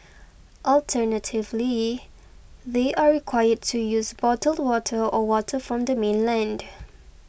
alternatively they are required to use bottled water or water from the mainland